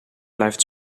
blijft